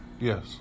Yes